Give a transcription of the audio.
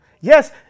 Yes